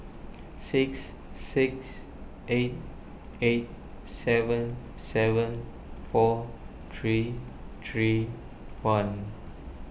six six eight eight seven seven four three three one